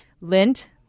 lint